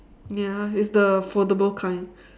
ya it's the foldable kind